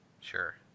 Sure